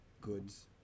goods